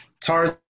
Tarzan